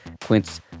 Quince